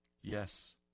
Yes